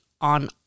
on